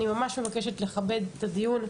אני ממש מבקשת לכבד את הדיון.